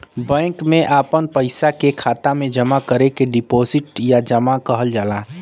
bank मे आपन पइसा के खाता मे जमा करे के डीपोसिट या जमा कहल जाला